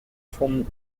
from